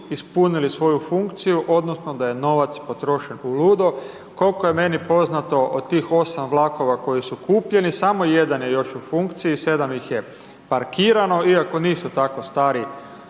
ispunili svoju funkciju odnosno da je novac potrošen uludo. Koliko je meni poznato, od tih 8 vlakova koji su kupljeni, samo 1 je još u funkciji, 7 ih je parkirano iako nisu tako stari,